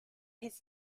his